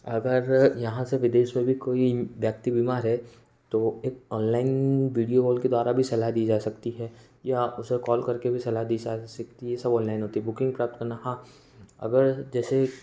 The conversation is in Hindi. अगर यहाँ से विदेश में भी कोई व्यक्ति बीमार है तो एक औनलैन वीडियो कौल के द्वारा भी सलाह दी जा सकती है या आप उसे कौल करके भी सलाह दी जा सकती है सब औनलेन होती है बुकिंग प्राप्त करना हाँ अगर जैसे